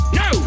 no